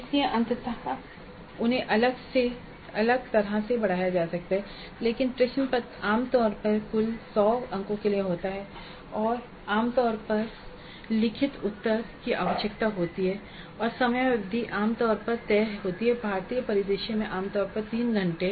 इसलिए अंततः उन्हें अलग तरह से बढ़ाया जा सकता है लेकिन प्रश्न पत्र ही आम तौर पर कुल 100 अंकों के लिए होता है और आम तौर पर लिखित उतर की आवश्यकता होती है और समयावधि आम तौर पर तय होती है भारतीय परिदृश्य में आमतौर पर 3 घंटे